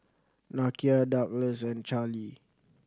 Nakia Douglas and Charlee